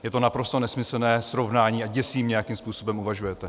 Je to naprosto nesmyslné srovnání a děsí mě, jakým způsobem uvažujete.